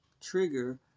trigger